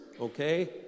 okay